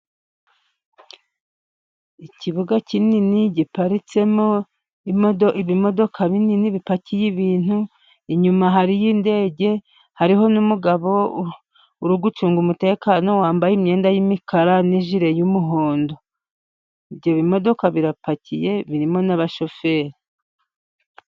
Ikibuga kinini giparitsemo ibimodoka binini bipakiye ibintu. Inyuma hariyo indege, hariho n'umugabo uri gucunga umutekano wambaye imyenda y'imikara n'ijire y'umuhondo. Ibyo bimodoka birapakiye birimo n'abashoferi.